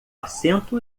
assento